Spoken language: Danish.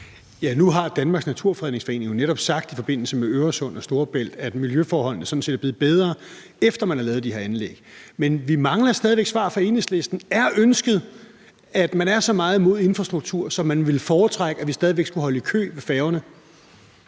Nu har Danmarks Naturfredningsforening jo netop sagt i forbindelse med Øresund og Storebælt, at miljøforholdene sådan set er blevet bedre, efter man har lavet de her anlæg. Men vi mangler stadig væk svar fra Enhedslisten: Er man så meget imod infrastruktur, at man ville foretrække, at vi stadig væk skulle holde i kø ved færgerne?